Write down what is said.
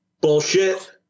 bullshit